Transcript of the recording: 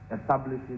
establishes